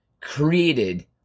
created